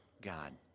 God